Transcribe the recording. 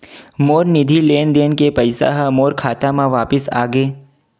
मोर निधि लेन देन के पैसा हा मोर खाता मा वापिस आ गे